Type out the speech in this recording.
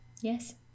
Yes